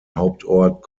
hauptort